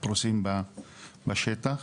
הפרוסים בשטח